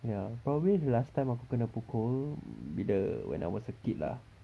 ya probably the last time aku kena pukul bila when I was a kid lah